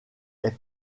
est